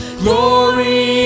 glory